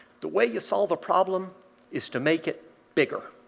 the way you solve a problem is to make it bigger.